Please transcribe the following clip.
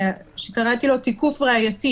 שקראתי לו "תיקוף ראייתי",